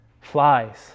flies